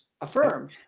affirmed